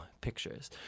pictures